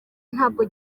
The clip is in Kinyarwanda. ntabwo